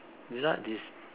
peanuts is